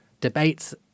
debates